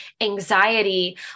anxiety